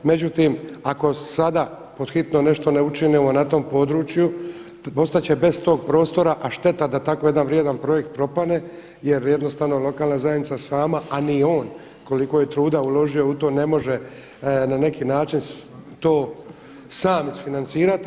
Međutim, ako sada pod hitno nešto ne učinimo na tom području ostat će bez tog prostora a šteta da tako jedan vrijedan projekt propadne, jer jednostavno lokalna zajednica sama, a ni on koliko je truda uložio u to ne može na neki način to sam isfinancirati.